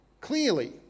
clearly